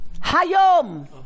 Hayom